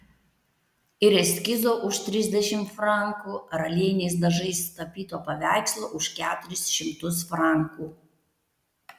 ir eskizo už trisdešimt frankų ar aliejiniais dažais tapyto paveikslo už keturis šimtus frankų